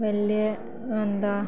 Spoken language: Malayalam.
വലിയ എന്താ